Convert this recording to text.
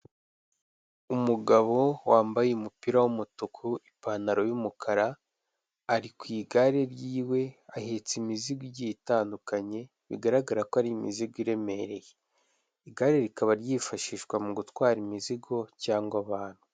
Umugabo wambaye umupira w'umutuku ipantaro y'umukara ari ku igare ry'iwe ahetse imizigo igiye itandukanye, bigaragara ko ari imizigo iremereye, igare rikaba ryifashishwa mu gutwara imizigo cyangwa abantu.